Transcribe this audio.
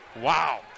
Wow